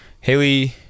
Haley